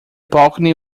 balcony